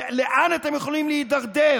לאן אתן אתם יכולים להידרדר?